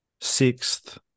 sixth